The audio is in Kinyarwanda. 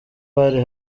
bari